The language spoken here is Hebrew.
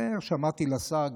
איך שאמרתי לשר,